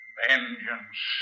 vengeance